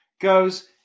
goes